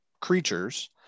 creatures